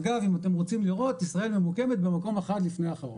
אגב אם אתם רוצים לראות ישראל ממוקמת במקום האחד לפני אחרון.